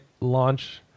launch